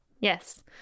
Yes